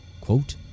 quote